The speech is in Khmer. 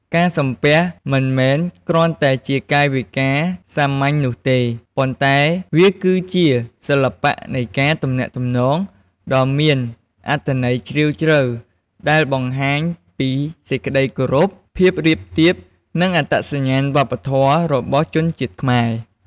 ការសំពះមិនមែនគ្រាន់តែជាកាយវិការសាមញ្ញនោះទេ ប៉ុន្តែវាគឺជា សិល្បៈនៃការទំនាក់ទំនង ដ៏មានអត្ថន័យជ្រាលជ្រៅ ដែលបង្ហាញពី សេចក្ដីគោរព ភាពរាបទាប និងអត្តសញ្ញាណវប្បធម៌ របស់ជនជាតិខ្មែរ។